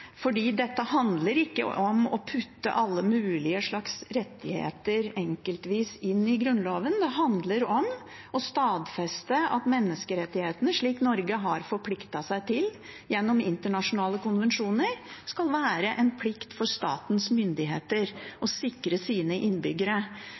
dette handler ikke om å putte alle mulige slags rettigheter – enkeltvis – inn i Grunnloven, det handler om å stadfeste at menneskerettighetene, slik Norge har forpliktet seg til gjennom internasjonale konvensjoner, skal være en plikt for statens myndigheter